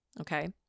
okay